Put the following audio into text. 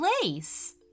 place